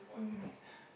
uh